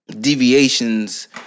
deviations